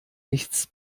nichts